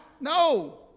No